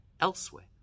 elsewhere